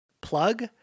plug